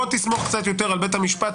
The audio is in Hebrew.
בוא תסמוך קצת יותר על בית המשפט,